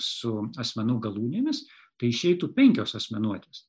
su asmenų galūnėmis tai išeitų penkios asmenuotes